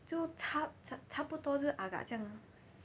就差差不多就 agak 这样